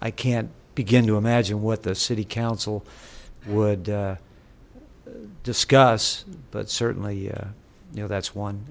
i can't begin to imagine what the city council would discuss but certainly you know that's one